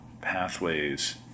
pathways